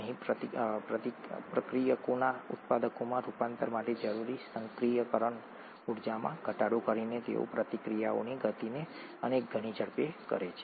અહીં પ્રક્રિયકોના ઉત્પાદનોમાં રૂપાંતર માટે જરૂરી સક્રિયકરણ ઊર્જામાં ઘટાડો કરીને તેઓ પ્રતિક્રિયાઓની ગતિને અનેકગણી ઝડપે કરે છે